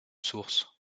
sources